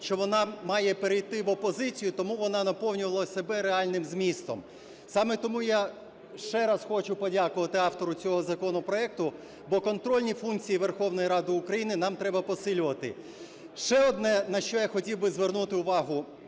що вона має перейти в опозицію, тому вона наповнювала себе реальним змістом. Саме тому я ще раз хочу подякувати автору цього законопроекту, бо контрольні функції Верховної Ради України нам треба посилювати. Ще одне, на що я хотів би звернути увагу,